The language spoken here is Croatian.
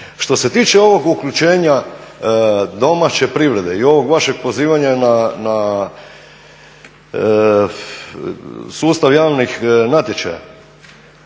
Što se tiče ovog uključenja domaće privrede i ovog vašeg pozivanja na sustav javnih natječaja,